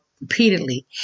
repeatedly